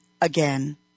again